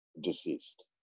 deceased